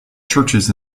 churches